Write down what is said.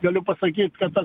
galiu pasakyt kad